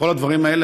כל הדברים האלה,